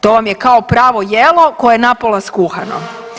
To vam je kao pravo jelo koje je napola skuhano.